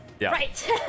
Right